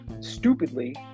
stupidly